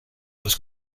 was